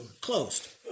closed